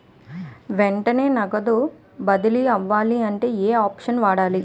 వెంటనే నగదు బదిలీ అవ్వాలంటే ఏంటి ఆప్షన్ వాడాలి?